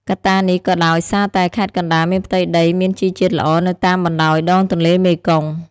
កត្តានេះក៏ដោយសារតែខេត្តកណ្ដាលមានផ្ទៃដីមានជីជាតិល្អនៅតាមបណ្ដោយដងទន្លេមេគង្គ។